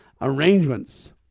arrangements